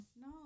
No